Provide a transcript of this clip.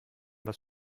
was